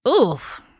Oof